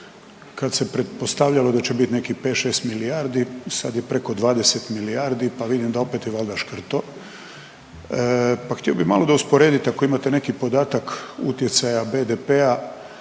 kad se pretpostavljalo da će biti nekih 5, 6 milijardi, sad je preko 20 milijardi pa vidim da opet je valjda škrto pa htio bih malo da usporedite, ako imate neki podatak utjecaja BDP-a